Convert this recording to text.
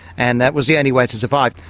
and that was the only way to survive.